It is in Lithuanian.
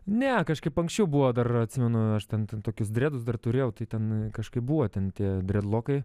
ne kažkaip anksčiau buvo dar atsimenu aš ten tokius dredus dar turėjau tai ten kažkaip buvo ten tie dred lokai